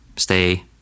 Stay